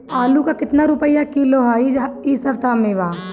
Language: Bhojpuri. आलू का कितना रुपया किलो इह सपतह में बा?